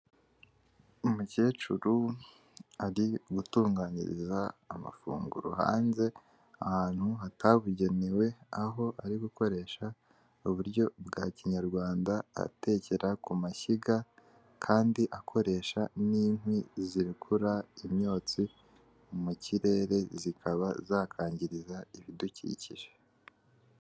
Umukecuru ari gutunganyiriza amafunguro hanze ahantu hatabugenewe, aho ari gukoresha uburyo bwa kinyarwanda atekera ku mashyiga kandi akoresha n'inkwi zirekura imyotsi mu kirere zikaba zakangiriza ibidukikije.